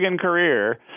career